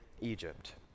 Egypt